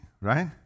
right